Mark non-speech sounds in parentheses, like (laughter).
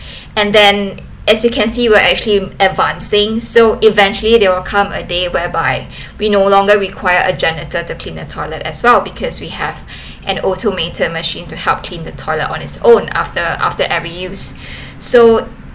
and then as you can see where actually advancing so eventually there will come a day whereby we no longer require a janitor to clean the toilet as well because we have an automated machine to help clean the toilet on its own after after every use (breath) so